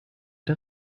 der